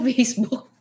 Facebook